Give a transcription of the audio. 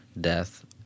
death